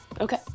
Okay